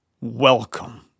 welcome